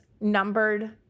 numbered